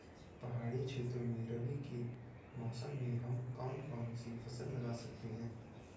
पहाड़ी क्षेत्रों में रबी के मौसम में हम कौन कौन सी फसल लगा सकते हैं?